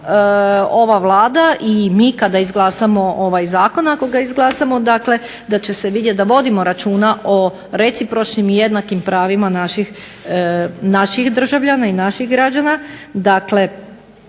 ova Vlada i mi kada izglasamo ovaj zakon ako ga izglasamo, dakle da će se vidjeti da vodimo računa o recipročnim i jednakim pravima naših državljana i naših građana.